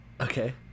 okay